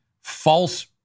false